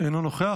אינו נוכח,